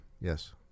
Yes